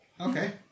Okay